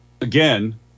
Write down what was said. again